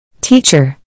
Teacher